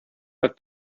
but